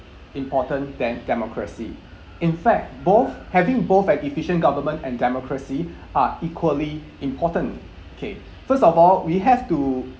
important than democracy in fact both having both an efficient government and democracy are equally important okay first of all we have to